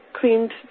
cleaned